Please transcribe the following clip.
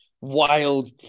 wild